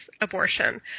abortion